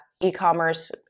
e-commerce